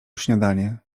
śniadanie